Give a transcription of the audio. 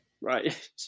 Right